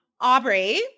Aubrey